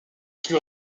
plus